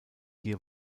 hier